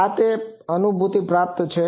આ તે અનુભૂતિ પ્રાપ્ત છે